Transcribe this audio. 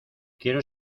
quiero